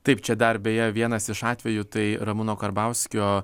taip čia dar beje vienas iš atvejų tai ramūno karbauskio